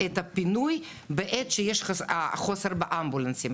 את הפינוי בעת שיש חוסר באמבולנסים.